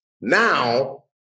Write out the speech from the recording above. Now